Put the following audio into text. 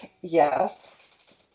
Yes